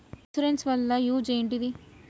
Insurance వాళ్ల use ఏంటిది?